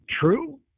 true